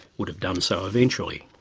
would have done so eventually.